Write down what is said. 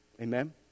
Amen